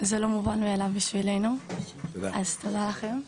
זה לא מובן מאליו בשבילנו אז תודה לכם.